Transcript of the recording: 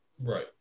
Right